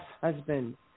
husband